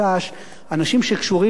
אנשים שקשורים לחורבן,